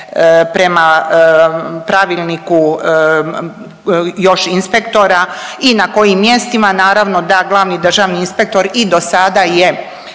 prema pravilniku još inspektora i na kojim mjestima. Naravno da glavni državni inspektor i do sada je